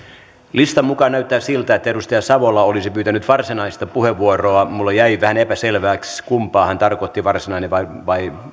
listan mukaan näyttää siltä että edustaja savola olisi pyytänyt varsinaista puheenvuoroa minulle jäi vähän epäselväksi kumpaa hän tarkoitti varsinaista vai vai